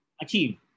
achieve